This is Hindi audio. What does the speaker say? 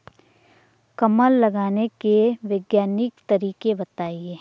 कमल लगाने के वैज्ञानिक तरीके बताएं?